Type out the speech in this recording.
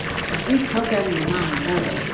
it's reprogramming the mind, really,